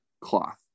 cloth